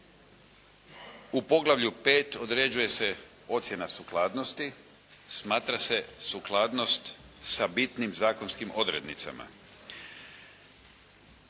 U poglavlju 5 određuje se ocjena sukladnosti, smatra se sukladnost sa bitnim zakonskim odrednicama.